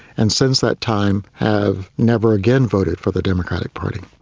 and since that time have never again voted for the democratic party.